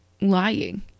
lying